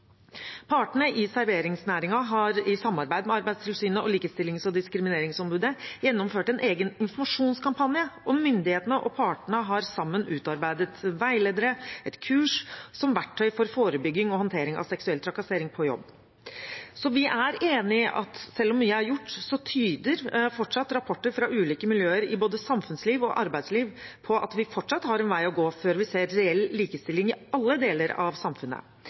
og Likestillings- og diskrimineringsombudet gjennomført en egen informasjonskampanje, og myndighetene og partene har sammen utarbeidet veiledere, et kurs som verktøy for forebygging og håndtering av seksuell trakassering på jobb. Vi er enig i at selv om mye er gjort, tyder fortsatt rapporter fra ulike miljøer i både samfunnsliv og arbeidsliv på at vi fortsatt har en vei å gå før vi ser reell likestilling i alle deler av samfunnet.